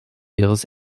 ihres